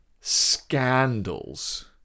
scandals